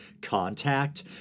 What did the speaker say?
Contact